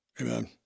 Amen